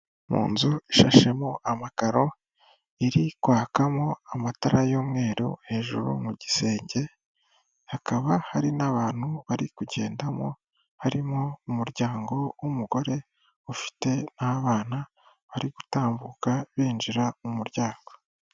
Mu nzu ishashemo amakaro iri kwakamo amatara y'umweru hejuru mu gisenge hakaba hari n'abantu bari kugendamo, harimo umuryango w'umugore ufite n'abana bari gutambuka binjira mu muryango.